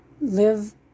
live